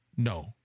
No